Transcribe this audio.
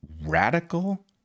radical